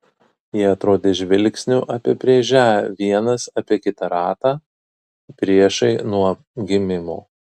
jie atrodė žvilgsniu apibrėžią vienas apie kitą ratą priešai nuo gimimo